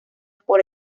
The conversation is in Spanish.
por